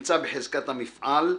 ונמצא בחזקת המפעל,